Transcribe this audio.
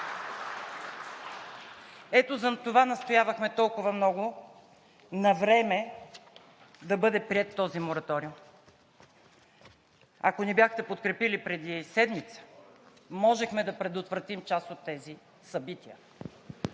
Ето затова настоявахме толкова много навреме да бъде приет този мораториум! Ако ни бяхте подкрепили преди седмица, можехме да предотвратим част от тези събития.